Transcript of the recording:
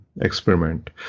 experiment